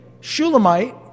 Shulamite